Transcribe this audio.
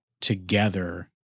together